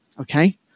Okay